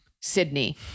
Sydney